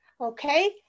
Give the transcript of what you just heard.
okay